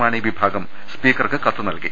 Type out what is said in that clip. മാണി വിഭാഗം സ്പീക്കർക്ക് കത്ത് നൽകി